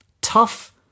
tough